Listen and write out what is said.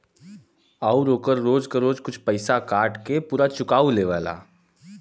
आउर ओकर रोज क रोज कुछ पइसा काट के पुरा चुकाओ लेवला